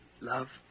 Love